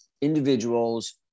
individuals